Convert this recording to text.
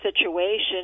situation